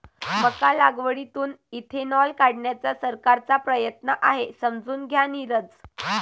मका लागवडीतून इथेनॉल काढण्याचा सरकारचा प्रयत्न आहे, समजून घ्या नीरज